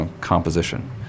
composition